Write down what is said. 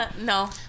No